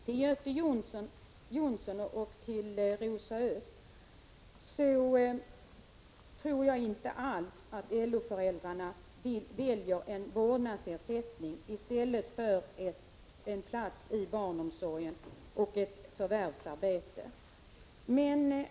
Till Göte Jonsson och Rosa Östh: Jag tror inte alls att LO-föräldrarna väljer vårdnadsersättning i stället för en plats i barnomsorgen och ett 25 förvärvsarbete.